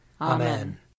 Amen